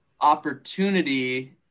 opportunity